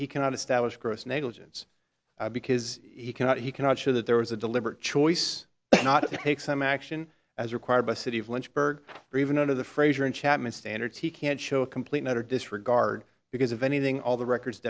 he cannot establish gross negligence because he cannot he cannot show that there was a deliberate choice not to take some action as required by city of lynchburg or even out of the fraser and chapman standards he can't show a complete utter disregard because of anything all the records